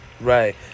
Right